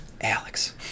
Alex